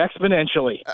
exponentially